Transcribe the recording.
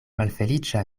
malfeliĉa